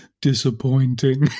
disappointing